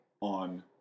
on